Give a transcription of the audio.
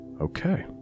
okay